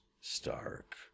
Stark